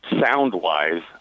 sound-wise